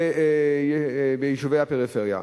ביישובי הפריפריה.